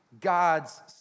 God's